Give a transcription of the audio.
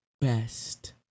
best